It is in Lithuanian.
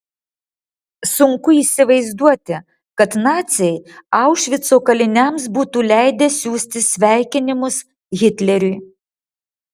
sunku įsivaizduoti kad naciai aušvico kaliniams būtų leidę siųsti sveikinimus hitleriui